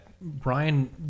Brian